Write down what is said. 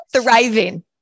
thriving